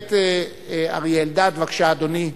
הכנסת אריה אלדד, בבקשה, אדוני.